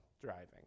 driving